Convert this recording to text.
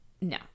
no